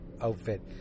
outfit